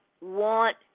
want